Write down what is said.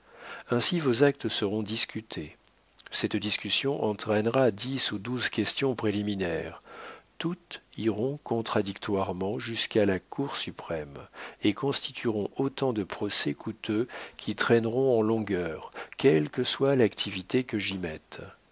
ainsi vos actes seront discutés cette discussion entraînera dix ou douze questions préliminaires toutes iront contradictoirement jusqu'à la cour suprême et constitueront autant de procès coûteux qui traîneront en longueur quelle que soit l'activité que j'y mette